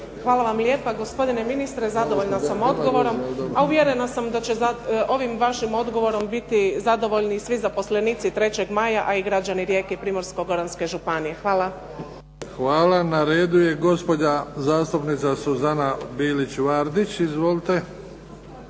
Hvala vam lijepa gospodine ministre zadovoljna sam odgovorom. A uvjerena sam da će ovim vašim odgovorom biti zadovoljni svi zaposlenici "3. maja", a i građani Rijeke i Primorsko-goranske županije. Hvala. **Bebić, Luka (HDZ)** Hvala. Na redu je gospođa zastupnica Suzana Bilić Vardić. Izvolite.